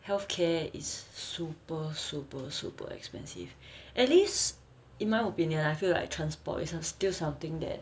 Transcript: healthcare is super super super expensive at least in my opinion I feel like transport is still something that